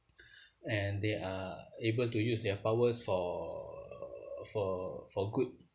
and they are able to use their powers for for for good